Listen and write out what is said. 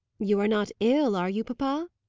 you are not ill, are you, papa?